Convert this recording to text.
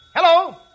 Hello